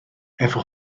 efo